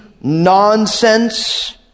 nonsense